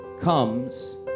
comes